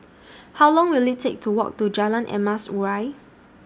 How Long Will IT Take to Walk to Jalan Emas Urai